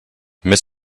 mrs